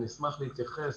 אשמח להתייחס.